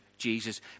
Jesus